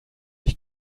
ich